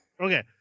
Okay